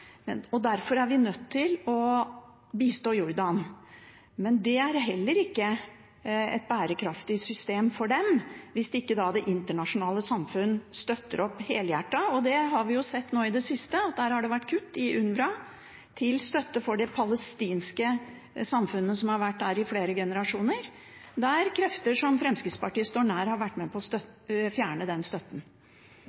og derfor er vi nødt til å bistå Jordan, men det er heller ikke et bærekraftig system for dem hvis ikke det internasjonale samfunn støtter opp helhjertet. Vi har sett nå i det siste at det har vært kutt i UNRWA til støtte for det palestinske samfunnet som har vært der i flere generasjoner, der krefter som Fremskrittspartiet står nær, har vært med på å